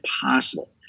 possible